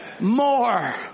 more